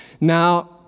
Now